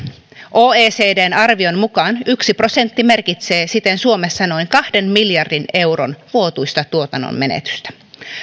oecdn arvion mukaan yksi prosentti merkitsee siten suomessa noin kahden miljardin euron vuotuista tuotannon menetystä